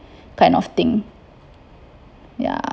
kind of thing ya